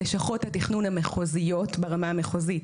לשכות התכנון המחוזיות ברמה המחוזית